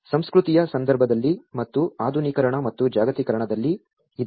ಸಂಸ್ಕೃತಿಯ ಸಂದರ್ಭದಲ್ಲಿ ಮತ್ತು ಆಧುನೀಕರಣ ಮತ್ತು ಜಾಗತೀಕರಣದಲ್ಲಿ ಇದಾಗಿದೆ